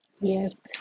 yes